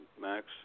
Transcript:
Max